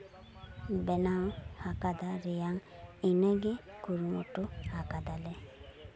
ᱵᱮᱱᱟᱣ ᱟᱠᱟᱫᱟ ᱨᱮᱭᱟᱜ ᱤᱱᱟᱹᱜᱮ ᱠᱩᱨᱩᱢᱩᱴᱩ ᱟᱠᱟᱫᱟᱞᱮ